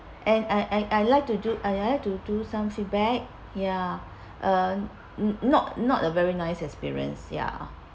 and I I I like to do I like to do some feedback ya uh not not a very nice experience ya